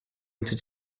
into